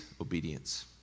obedience